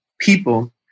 people